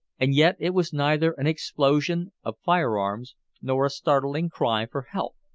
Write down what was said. and yet it was neither an explosion of fire-arms nor a startling cry for help.